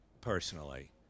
personally